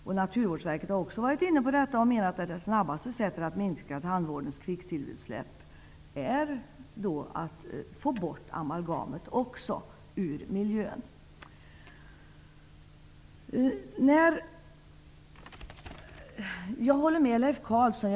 Också Naturvårdsverket har varit inne på detta och menat att det snabbaste sättet att minska tandvårdens kvicksilverutsläpp är att få bort amalgamet. Jag håller med Leif Carlson.